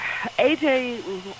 AJ